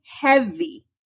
heavy